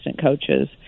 coaches